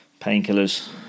painkillers